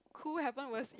cool happen was